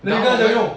!wow!